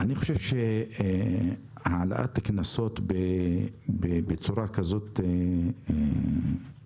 אני חושב שהעלאת הקנסות בצורה כזאת דרסטית